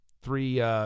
three